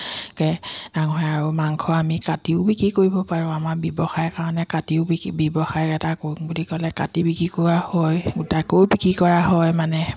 কে ডাঙৰ হয় আৰু মাংস আমি কাটিও বিক্ৰী কৰিব পাৰোঁ আমাৰ ব্যৱসায়ৰ কাৰণে কাটিও বি ব্যৱসায় এটা কৰোঁ বুলি ক'লে কাটি বিক্ৰী কৰা হয় গোটাকৈও বিক্ৰী কৰা হয় মানে